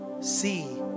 see